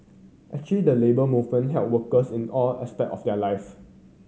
actually the Labour Movement help workers in all aspect of their life